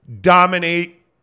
dominate